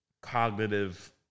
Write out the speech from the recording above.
cognitive